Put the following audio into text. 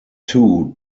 two